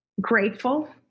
Grateful